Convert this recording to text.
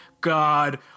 God